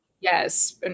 Yes